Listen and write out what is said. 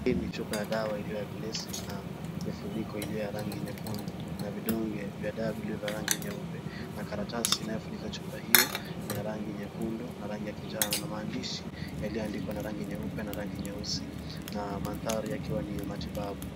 Hii ni chupa ya dawa iliyo ya glesi na kifuniko iliyo ya rangi nyekundu na vidonge vya dawa vilivyo vya rangi nyeupe na karatasi inayofunika chupa hiyo ni ya rangi nyekundu na rangi ya kinjano na maandishi yaliyoandikwa na rangi nyeupe na rangi nyeusi na mandhari yakiwa ni ya matibabu.